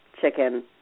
chicken